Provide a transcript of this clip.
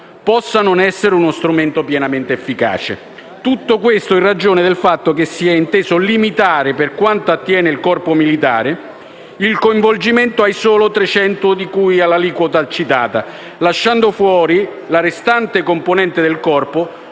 possa non essere uno strumento pienamente efficace. Tutto questo in ragione del fatto che si è inteso limitare, per quanto attiene al corpo militare, il coinvolgimento ai soli trecento di cui all'aliquota dedicata, lasciando fuori la restante componente del corpo,